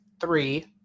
three